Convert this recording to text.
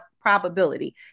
probability